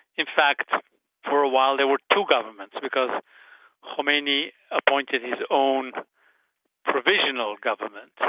in fact for a while there were two governments, because khomeini appointed his own provisional government,